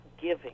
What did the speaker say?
giving